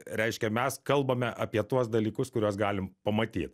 reiškia mes kalbame apie tuos dalykus kuriuos galim pamatyt